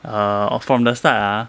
uh from the start ah